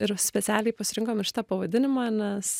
ir specialiai pasirinkom ir šitą pavadinimą nes